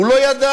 הוא לא ידע.